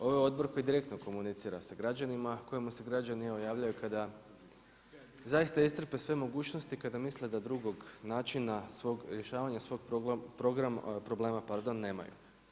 Ovo je Odbor koji direktno komunicira sa građanima, kojemu se građani evo javljaju kada zaista iscrpe sve mogućnost, kada misle da drugog načina rješavanja svog problema nemaju.